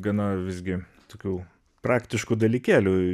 gana visgi tokių praktiškų dalykėlių